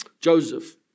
Joseph